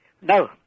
No